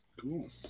Cool